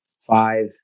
five